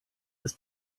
ist